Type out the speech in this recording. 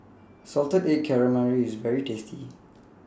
Salted Egg Calamari IS very tasty